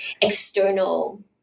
external